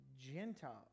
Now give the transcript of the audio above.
Gentiles